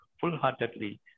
full-heartedly